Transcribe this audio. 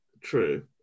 True